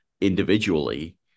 individually